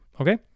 Okay